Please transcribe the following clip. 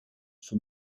for